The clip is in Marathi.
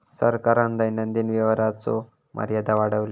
सरकारान दैनंदिन व्यवहाराचो मर्यादा वाढवल्यान